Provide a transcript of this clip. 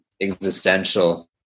existential